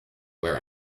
wear